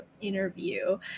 interview